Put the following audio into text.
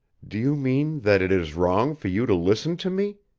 do you mean that it is wrong for you to listen to me?